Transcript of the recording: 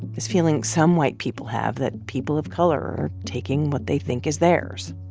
this feeling some white people have that people of color are taking what they think is theirs,